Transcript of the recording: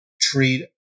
treat